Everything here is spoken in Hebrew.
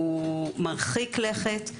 הוא מרחיק לכת,